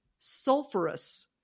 sulfurous